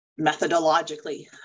methodologically